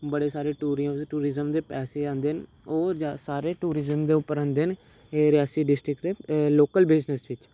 बड़े सारे tour tourism दे पैसे औंदे न ओह् सारे टूरिज्म दे उप्पर औंदे न रियासी डिस्ट्रिक दे लोकल बिजनेस बिच्च